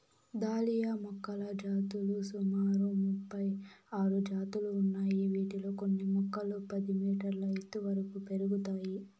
dahlia మొక్కల జాతులు సుమారు ముపై ఆరు జాతులు ఉన్నాయి, వీటిలో కొన్ని మొక్కలు పది మీటర్ల ఎత్తు వరకు పెరుగుతాయి